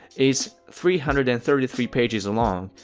is three hundred and thirty three pages long,